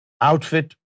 outfit